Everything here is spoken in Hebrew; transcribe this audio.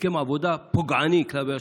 הסכם עבודה פוגעני כלפי השוטרים.